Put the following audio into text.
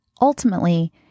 Ultimately